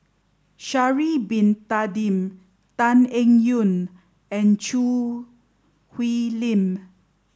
Sha'ari bin Tadin Tan Eng Yoon and Choo Hwee Lim